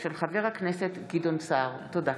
תודה.